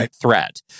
threat